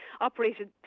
operated